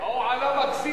מה קרה לכם?